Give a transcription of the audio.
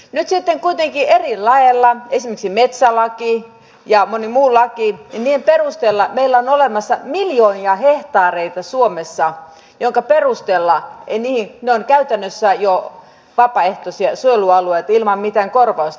nyt sitten kuitenkin eri lakien esimerkiksi metsälain ja monen muun lain perusteella meillä suomessa on olemassa miljoonia hehtaareita jotka ovat käytännössä jo vapaaehtoisia suojelualueita ilman mitään korvausta